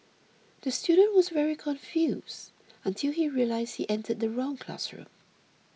the student was very confused until he realised he entered the wrong classroom